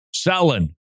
selling